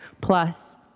plus